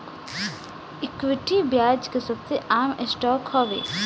equity, ब्याज के सबसे आम स्टॉक हवे